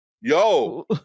Yo